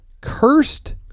cursed